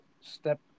step